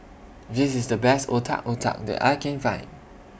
This IS The Best Otak Otak that I Can Find